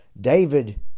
David